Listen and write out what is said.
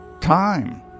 time